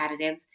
additives